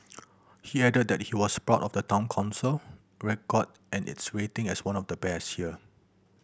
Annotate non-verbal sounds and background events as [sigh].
[noise] he added that he was proud of the Town Council record and its rating as one of the best here